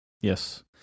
Yes